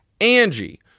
Angie